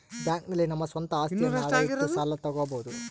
bank ನಲ್ಲಿ ನಮ್ಮ ಸ್ವಂತ ಅಸ್ತಿಯನ್ನ ಅಡ ಇಟ್ಟು ಸಾಲ ತಗೋಬೋದು